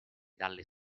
dalle